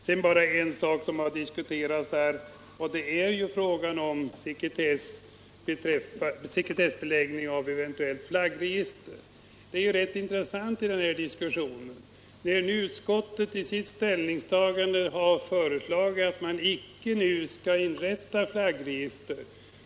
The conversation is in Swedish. Sedan bara några ord om frågan om sekretessbeläggning av eventuellt flaggregister. Utskottet har i sitt ställningstagande föreslagit att man icke nu skall upprätta ett flaggregister.